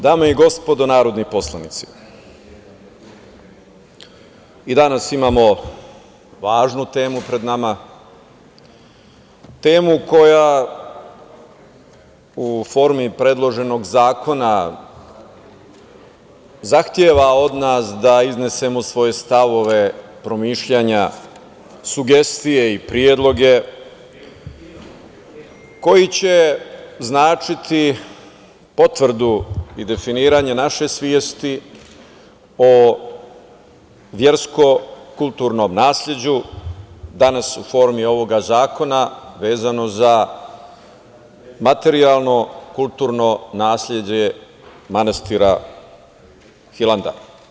Dame i gospodo narodni poslanici, i danas imamo važnu temu pred nama, temu koja u formi predloženog zakona zahteva od nas da iznesemo stavove promišljanja, sugestije i predloge koji će značiti potvrdu i definisanje naše svesti o versko-kulturnom nasleđu, danas u formi ovog zakona vezano za materijalno, kulturno nasleđe manastira Hilandar.